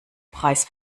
preis